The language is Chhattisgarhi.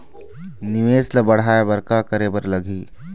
निवेश ला बढ़ाय बर का करे बर लगही?